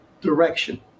direction